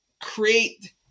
create